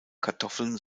kartoffeln